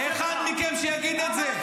אחד מכם שיגיד את זה.